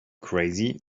crazy